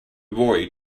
boy